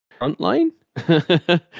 Frontline